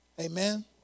Amen